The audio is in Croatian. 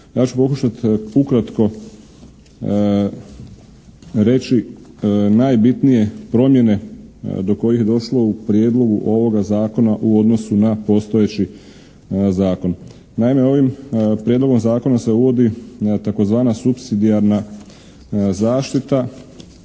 Ja ću pokušat ukratko reći najbitnije promjene do kojih je došlo u prijedlogu ovoga zakona u odnosu na postojeći zakon. Naime, ovim prijedlogom zakona se uvodi tzv. supsidiarna zaštita